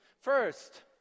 First